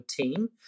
team